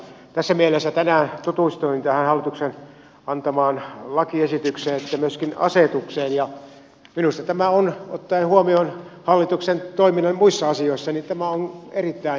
tässä mielessä tänään tutustuin tähän hallituksen antamaan lakiesitykseen ja myöskin asetukseen ja minusta tämä on ottaen huomioon hallituksen toiminnan muissa asioissa erittäin hyvä